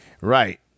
Right